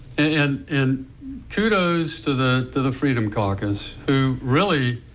and in kutos to the to the freed um caucus who really